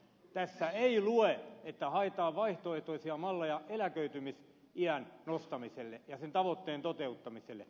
tässä ei lue että haetaan vaihtoehtoisia malleja eläköitymisiän nostamiselle ja sen tavoitteen toteuttamiselle